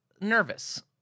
nervous